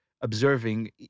observing